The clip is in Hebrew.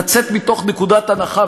לצאת מתוך נקודת הנחה,